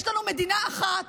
יש לנו מדינה אחת,